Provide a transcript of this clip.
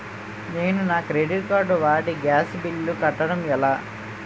నేను నా credit card వాడి గ్యాస్ బిల్లు కట్టడం ఎలా?